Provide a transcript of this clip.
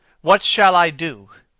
what shall i do?